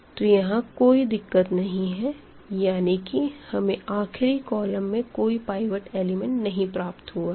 तो यहां कोई दिक्कत नहीं है यानी कि हमें आखिरी कॉलम में कोई पाइवेट एलिमेंट नहीं प्राप्त हुआ है